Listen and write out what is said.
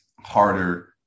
harder